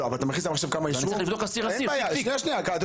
אני צריך לבדוק אסיר אסיר.